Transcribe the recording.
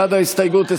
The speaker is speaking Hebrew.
בעד ההסתייגות,